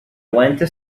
went